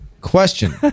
Question